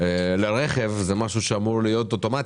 לרכב זה אמור להיות אוטומטי.